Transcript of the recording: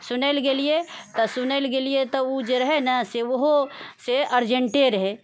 सुनै लए गेलियै तऽ सुनै लए गेलियै तऽ उ जे रहै ने से ओहोसँ अर्जेण्टे रहै